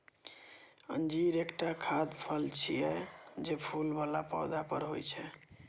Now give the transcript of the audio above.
अंजीर एकटा खाद्य फल छियै, जे फूल बला पौधा पर होइ छै